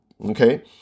okay